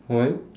why